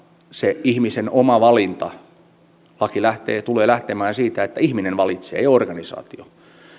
se ihmisen oma valinta on hyvin luonteva laki tulee lähtemään siitä että ihminen valitsee ei organisaatio